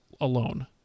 alone